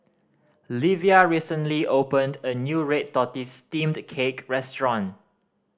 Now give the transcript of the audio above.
Livia recently opened a new red tortoise steamed cake restaurant